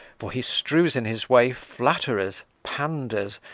for he strews in his way flatterers, panders,